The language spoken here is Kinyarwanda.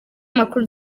makuru